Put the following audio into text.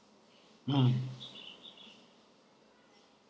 mm